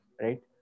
right